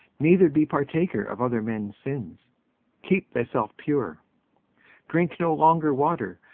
neither be partaker of other men's sins keep thyself pure drink no longer water,